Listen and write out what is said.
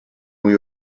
mwy